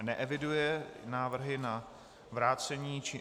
Neeviduji návrhy na vrácení či...